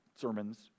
sermons